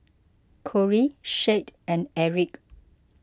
Cory Shad and Erik